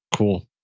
Cool